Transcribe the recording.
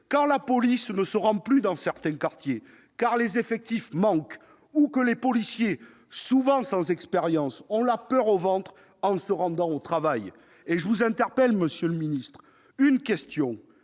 que la police ne se rend plus dans certains quartiers, car les effectifs manquent, ou que les policiers, souvent sans expérience, ont la peur au ventre en se rendant au travail ? Une question, monsieur le ministre : qu'en